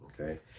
Okay